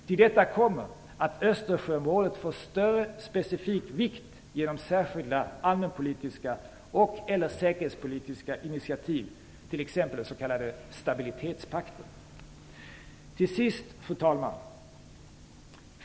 Till detta kommer att Östersjöområdet får större specifik vikt genom särskilda allmänpolitiska och/eller säkerhetspolitiska initiativ, t.ex. den s.k. stabilitetspakten. Till sist, fru talman!